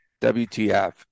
WTF